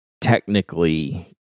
technically